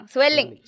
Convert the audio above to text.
Swelling